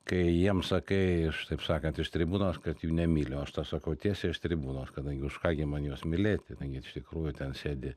kai jiem sakai iš taip sakant iš tribūnos kad jų nemyli o aš tau sakau tiesiai iš tribūnos kadangi už ką gi man juos mylėti kadangi iš tikrųjų ten sėdi